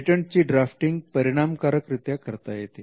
पेटंटची drafting परिणामकारक रित्या करता येते